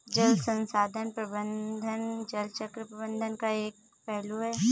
जल संसाधन प्रबंधन जल चक्र प्रबंधन का एक पहलू है